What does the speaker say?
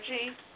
energy